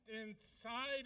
inside